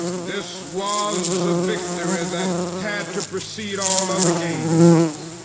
this was a victory that had to precede all other gains.